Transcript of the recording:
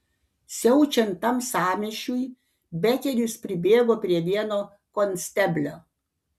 siaučiant tam sąmyšiui bekeris pribėgo prie vieno konsteblio